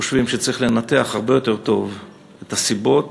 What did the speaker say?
חושבים שצריך לנתח הרבה יותר טוב את הסיבות